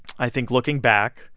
i think looking back,